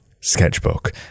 sketchbook